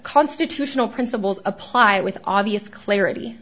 constitutional principles apply with obvious clarity